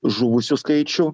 žuvusių skaičių